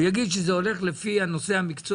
הוא יגיד שזה הולך לפי הנושא המקצועי.